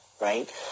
right